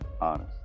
honest